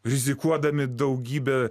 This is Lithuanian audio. rizikuodami daugybe